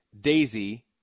daisy